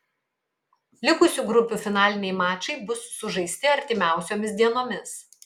likusių grupių finaliniai mačai bus sužaisti artimiausiomis dienomis